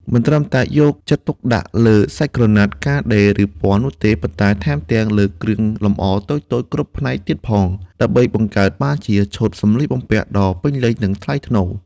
មិនត្រឹមតែយកចិត្តទុកដាក់លើសាច់ក្រណាត់ ការដេរ ឬពណ៌នោះទេ ប៉ុន្តែថែមទាំងលើគ្រឿងលម្អតូចៗគ្រប់ផ្នែកទៀតផង ដើម្បីបង្កើតបានជាឈុតសម្លៀកបំពាក់ដ៏ពេញលេញ និងថ្លៃថ្នូរ។